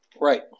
Right